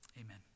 Amen